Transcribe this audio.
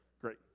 Great